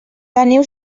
teniu